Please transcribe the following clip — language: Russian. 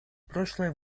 прошлое